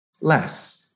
less